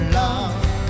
love